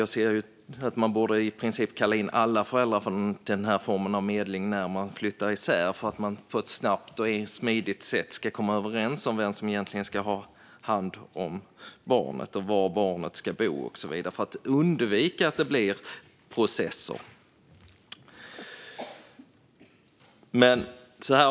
Jag anser ju att man borde kalla in i princip alla föräldrar till den här formen av medling när de flyttar isär, för att de på ett snabbt och smidigt sätt kunna komma överens om vem som egentligen ska ha hand om barnet, var barnet ska bo och så vidare - för att undvika att det blir processer.